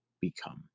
become